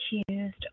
Accused